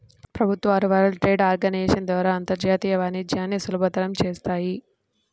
ప్రభుత్వాలు World Trade Organization ద్వారా అంతర్జాతీయ వాణిజ్యాన్ని సులభతరం చేత్తాయి